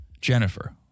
Jennifer